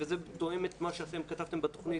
וזה תואם את מה שאתם כתבתם בתוכנית.